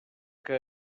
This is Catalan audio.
que